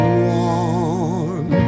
warm